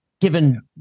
given